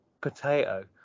potato